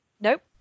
Nope